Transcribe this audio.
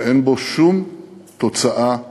שאין בו שום תוצאה מעשית,